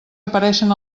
apareixen